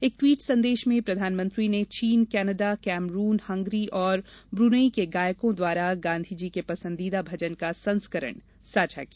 एक ट्वीट संदेश में प्रधानमंत्री ने चीन कनाडा कैमरून हंगरी और ब्रनेई के गायकों द्वारा गांधी जी के पंसदीदा भजन का संस्करण साझा किया